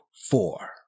four